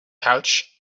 pouch